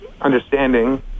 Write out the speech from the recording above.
understanding